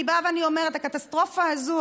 אני באה ואני אומרת: הקטסטרופה הזאת,